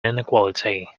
inequality